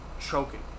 choking